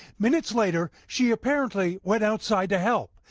minutes later she apparently went outside to help.